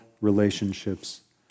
relationships